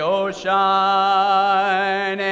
ocean